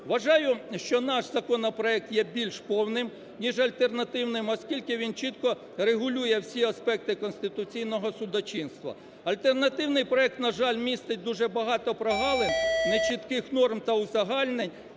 Вважаю, що наш законопроект є більш повним ніж альтернативний, оскільки він чітко регулює всі аспекти конституційного судочинства. Альтернативний проект, на жаль, містить дуже багато прогалин, нечітких норм та узагальнень,